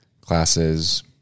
Classes